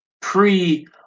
pre